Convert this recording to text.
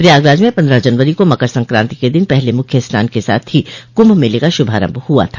प्रयागराज में पन्द्रह जनवरी को मकर संक्रांति के दिन पहले मुख्य स्नान के साथ ही कुंभ मेले का शुभारम्भ हुआ था